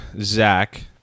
Zach